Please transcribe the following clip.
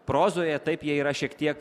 prozoje taip jie yra šiek tiek